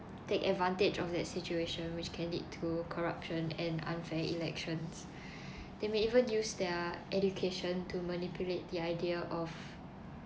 take advantage of that situation which can lead to corruption and unfair elections they may even use their education to manipulate the idea of